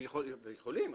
הם יכולים,